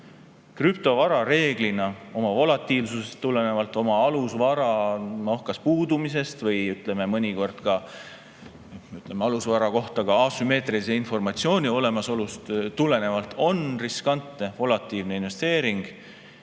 Krüptovara reeglina oma volatiilsusest tulenevalt, oma alusvara puudumisest või mõnikord ka alusvara kohta asümmeetrilise informatsiooni olemasolust tulenevalt on riskantne volatiilne investeering.